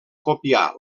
copiar